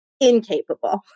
Incapable